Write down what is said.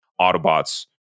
Autobots